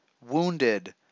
wounded